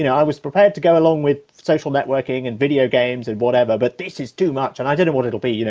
you know i was prepared to go along with social networking and video games and whatever but this is too much'. and i don't know what it will be. you know